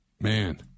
Man